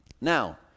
Now